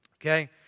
Okay